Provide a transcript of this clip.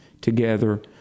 together